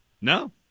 No